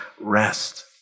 rest